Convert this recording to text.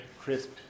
crisp